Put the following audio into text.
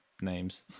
names